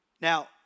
Now